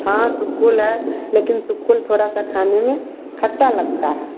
हाँ तो सुक्कुल है लेकिन तो सुक्कुल थोड़ा सा खाने में खट्टा लगता है